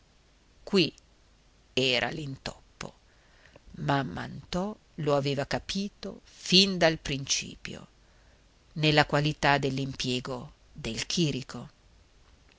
qui era l'intoppo mamm'anto lo aveva capito fin da principio nella qualità dell'impiego del chìrico